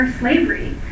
slavery